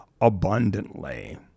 abundantly